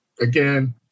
again